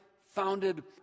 founded